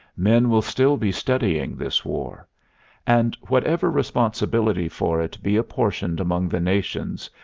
men will still be studying this war and, whatever responsibility for it be apportioned among the nations,